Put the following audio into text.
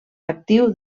actiu